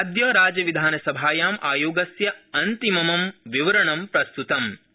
अद्य राज्यविधानसभायाम आयोगस्य अन्तिमं विवरणं प्रस्तुतमं